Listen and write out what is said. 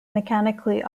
mechanically